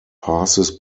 passes